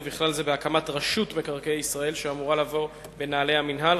ובכלל זה בהקמת רשות מקרקעי ישראל שאמורה לבוא בנעלי המינהל.